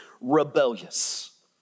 rebellious